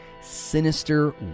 sinister